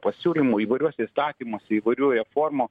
pasiūlymų įvairiuose įstatymuose įvairių reformų